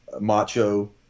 macho